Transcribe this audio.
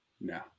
No